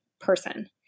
person